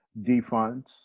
defunds